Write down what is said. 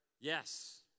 Yes